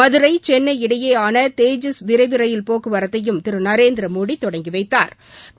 மதுரை சென்னை இடையேயான தேஜஸ் விரைவு ரயில் போக்குவரத்தையும் திரூ நரேந்திரமோடி தொடங்கி வைத்தாா்